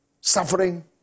suffering